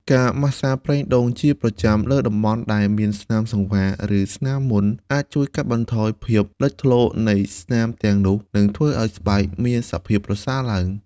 ការម៉ាស្សាប្រេងដូងជាប្រចាំលើតំបន់ដែលមានស្នាមសង្វារ ឬស្នាមមុន អាចជួយកាត់បន្ថយភាពលេចធ្លោនៃស្នាមទាំងនោះ នឹងធ្វើឲ្យស្បែកមានសភាពប្រសើរឡើង។